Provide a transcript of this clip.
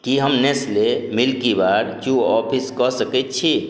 कि हम Nestle Milkybar चू आपस कऽ सकै छी